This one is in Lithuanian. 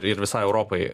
ir visai europai